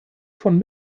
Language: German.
von